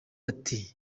ati